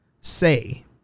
Say